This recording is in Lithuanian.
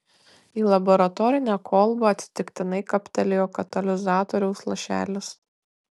į laboratorinę kolbą atsitiktinai kaptelėjo katalizatoriaus lašelis